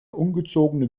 ungezogene